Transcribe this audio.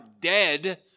dead